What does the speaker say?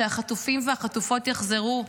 שהחטופים והחטופות יחזרו.